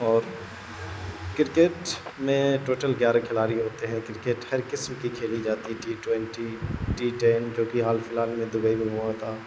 اور کرکٹ میں ٹوٹل گیارہ کھلاڑی ہوتے ہیں کرکٹ ہر قسم کی کھیلی جاتی ہے ٹی ٹوینٹی ٹی ٹین جو کہ حال فی الحال میں دبئی میں ہوا تھا